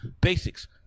basics